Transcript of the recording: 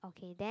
okay then